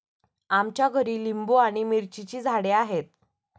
आमच्या घरी लिंबू आणि मिरचीची झाडे आहेत